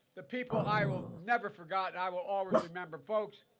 the people i will never forget. i will always remember. folks,